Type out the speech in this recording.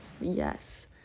Yes